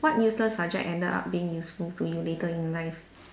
what useless subject ended up being useful to you later in life